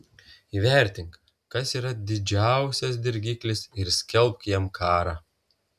įvertink kas yra didžiausias dirgiklis ir skelbk jam karą